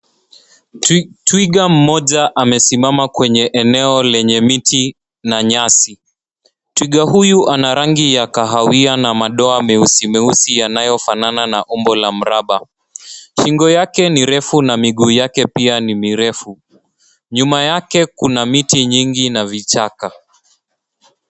Twiga mmoja amesimama kwenye eneo lenye miti na nyasi. Twiga huyu ana rangi ya kahawia na madoa meusi meusi yanayofanana na umbo la mraba. Shingo yake ni refu na miguu yake pia ni mirefu. Nyuma yake kuna miti nyingi na vichaka.